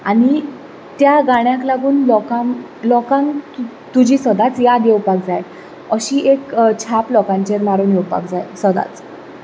आनी त्या गाण्याक लागून लोकांक तुजी सदांच याद येवपाक जाय अशी एक छाप लोकांचेर मारून घेवपाक जाय सदांच